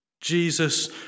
Jesus